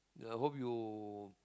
I hope you